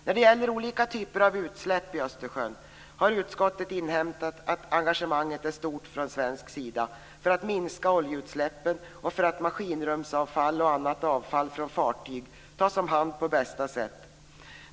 När det gäller olika typer av utsläpp i Östersjön har utskottet inhämtat att engagemanget är stort från svensk sida för att minska oljeutsläppen och för att maskinrumsavfall och annat avfall från fartyg ska tas om hand på bästa sätt.